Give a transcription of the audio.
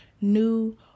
new